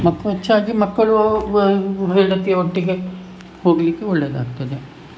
ಮತ್ತು ಹೆಚ್ಚಾಗಿ ಮಕ್ಕಳು ಹೆಂಡತಿ ಒಟ್ಟಿಗೆ ಹೋಗಲಿಕ್ಕೆ ಒಳ್ಳೆದಾಗ್ತದೆ